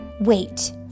wait